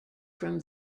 from